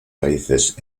raíces